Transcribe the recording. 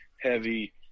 heavy